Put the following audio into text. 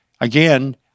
Again